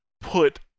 put